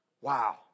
Wow